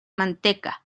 manteca